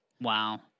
Wow